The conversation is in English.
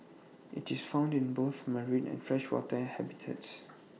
IT is found in both marine and freshwater habitats